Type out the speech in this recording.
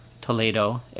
Toledo